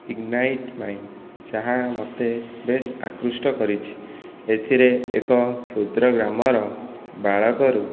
ignited mind ଯାହା ମୋତେ ବେଶ ଆକୃଷ୍ଟ କରିଛି ଏଥିରେ ଏକ କ୍ଷୁଦ୍ର ଗ୍ରାମର ବାଳକରୁ